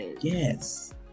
Yes